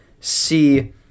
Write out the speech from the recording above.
see